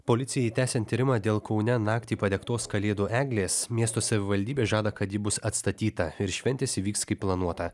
policijai tęsiant tyrimą dėl kaune naktį padegtos kalėdų eglės miesto savivaldybė žada kad ji bus atstatyta ir šventės įvyks kaip planuota